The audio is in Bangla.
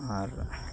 আর